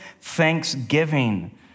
thanksgiving